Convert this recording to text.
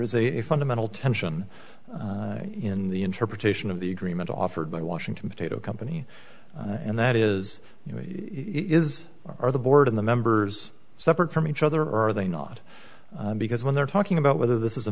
is a fundamental tension in the interpretation of the agreement offered by washington potato company and that is you know he is or the board of the members separate from each other are they not because when they're talking about whether this is a